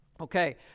Okay